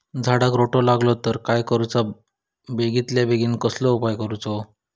झाडाक रोटो लागलो तर काय करुचा बेगितल्या बेगीन कसलो उपाय करूचो?